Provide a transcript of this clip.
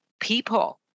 people